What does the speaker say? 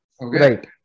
Right